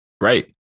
Right